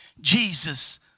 Jesus